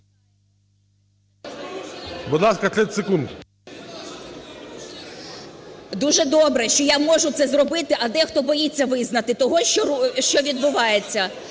Дуже добре, що я можу це зробити, а дехто боїться визнати того, що відбувається.